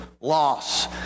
loss